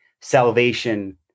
salvation